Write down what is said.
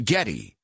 Getty